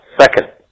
Second